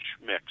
mix